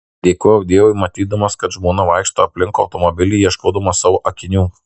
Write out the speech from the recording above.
dėkojau dievui matydamas kad žmona vaikšto aplink automobilį ieškodama savo akinių